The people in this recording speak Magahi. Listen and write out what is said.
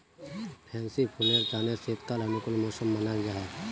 फैंसी फुलेर तने शीतकाल अनुकूल मौसम मानाल जाहा